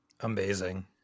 Amazing